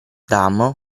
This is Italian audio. dalmor